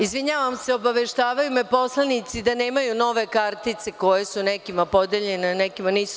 Izvinjavam se, obaveštavaju me poslanici da nemaju nove kartice koje su nekima podeljene, nekima nisu.